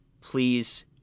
please